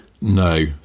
No